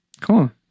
cool